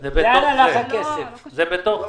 זה בתוך זה,